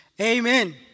Amen